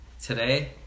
Today